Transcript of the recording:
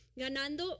Ganando